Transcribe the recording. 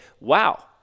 wow